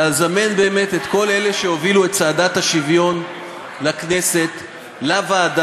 לזמן באמת את כל אלה שהובילו את צעדת השוויון לכנסת לוועדה,